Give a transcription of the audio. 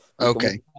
Okay